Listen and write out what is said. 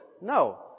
no